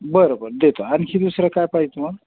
बरं बरं देतो आणखी दुसरं काय पाहिजे तुम्हाला